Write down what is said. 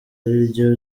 ariryo